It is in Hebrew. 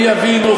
הם יבינו,